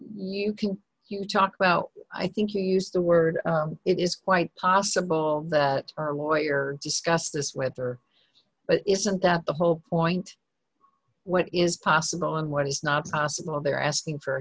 you can you talk well i think you used the word it is quite possible that her lawyer discussed this with her but isn't that the whole point what is possible and what is not possible there asking for